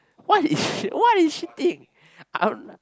what is what is shitting I don't know